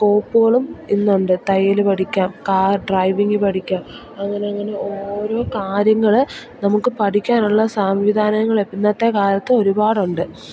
സ്കോപ്പുകളും ഇന്ന് ഉണ്ട് തയ്യൽ പഠിക്കാം കാർ ഡ്രൈവിംഗ് പഠിക്കാം അങ്ങനെ അങ്ങനെ ഓരോ കാര്യങ്ങൾ നമുക്ക് പഠിക്കാൻ ഉള്ള സംവിധാനങ്ങൾ ഇന്നത്തെ കാലത്ത് ഒരുപാട് ഉണ്ട്